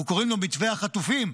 אנחנו קוראים לו מתווה החטופים,